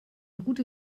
route